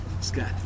Scott